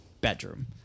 bedroom